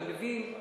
אני מבין,